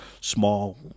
small